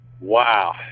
wow